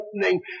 opening